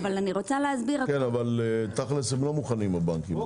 אבל הבנקים לא מוכנים.